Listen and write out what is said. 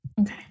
Okay